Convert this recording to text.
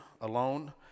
alone